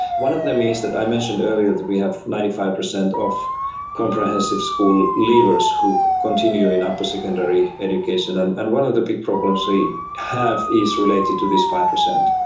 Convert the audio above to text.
one of them is that i mentioned earlier that we have ninety five per cent of comprehensive school leavers who continue in upper secondary education, and and one of the big problems we have is related to this five per cent,